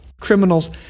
criminals